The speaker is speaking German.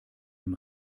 dem